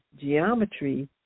geometry